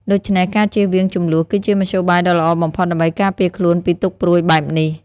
ដូច្នេះ ការជៀសវាងជម្លោះ គឺជាមធ្យោបាយដ៏ល្អបំផុតដើម្បីការពារខ្លួនពីទុក្ខព្រួយបែបនេះ។